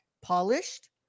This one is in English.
polished